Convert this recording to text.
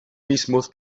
mismos